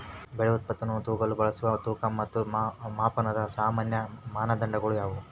ಬೆಳೆ ಉತ್ಪನ್ನವನ್ನು ತೂಗಲು ಬಳಸುವ ತೂಕ ಮತ್ತು ಮಾಪನದ ಸಾಮಾನ್ಯ ಮಾನದಂಡಗಳು ಯಾವುವು?